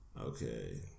Okay